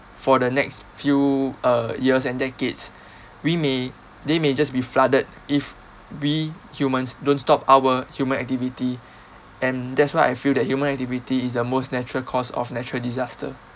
for the next few uh years and decades we may they may just be flooded if we humans don't stop our human activity and that's why I feel that human activity is the most natural cause of natural disaster